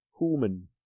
Human